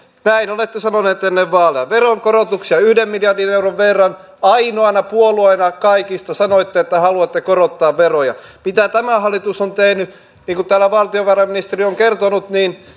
näin olette sanoneet ennen vaaleja veronkorotuksia yhden miljardin euron verran ainoana puolueena kaikista sanoitte että haluatte korottaa veroja mitä tämä hallitus on tehnyt niin kuin täällä valtiovarainministeri on kertonut